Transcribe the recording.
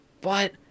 But-